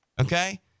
Okay